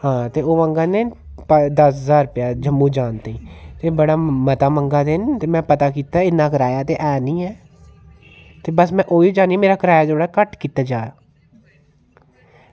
हां ते ओह् मंगा दे न दस ज्हार रपेआ जम्मू जान ताहीं ते बड़ा मता मंगा दे न ते में पता कीता इन्ना कराया ते ऐ निं ऐ ते में बस ओही चाह्न्नीं कि मेरा कराया थोह्ड़ा घट्ट कीता जा